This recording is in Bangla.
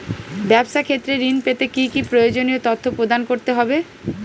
ব্যাবসা ক্ষেত্রে ঋণ পেতে কি কি প্রয়োজনীয় তথ্য প্রদান করতে হবে?